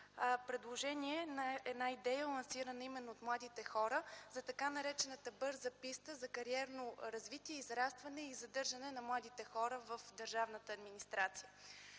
предложение на една идея, лансирана именно от младите хора, за така наречената бърза писта за кариерно развитие, израстване и задържане на младите хора в държавната администрация.